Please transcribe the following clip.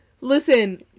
Listen